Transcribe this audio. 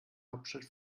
hauptstadt